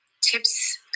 tips